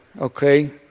okay